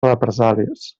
represàlies